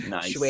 Nice